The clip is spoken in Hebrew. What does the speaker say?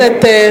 חבר הכנסת לוין,